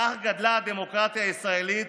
כך גדלה הדמוקרטיה הישראלית,